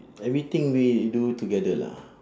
everything we do together lah